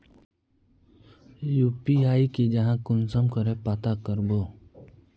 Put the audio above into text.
UPI की जाहा कुंसम करे पता करबो?